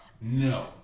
No